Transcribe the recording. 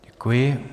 Děkuji.